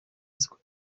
isoko